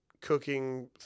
cooking